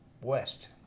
west